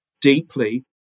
deeply